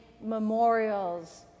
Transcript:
memorials